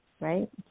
right